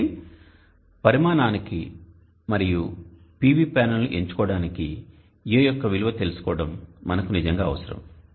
కాబట్టి పరిమాణానికి మరియు PV ప్యానెల్ను ఎంచుకోవడానికి A యొక్క విలువ తెలుసుకోవడము మనకు నిజంగా అవసరం